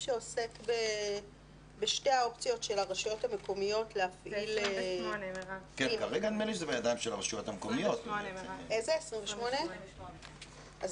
שעוסק בשתי האופציות של הרשויות המקומיות להפעיל --- זה 28. אז